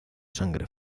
sangre